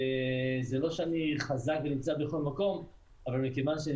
זה לא שאני חזק ונמצא בכל מקום אבל מכיוון שאני